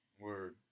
Word